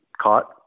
caught